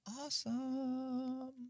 Awesome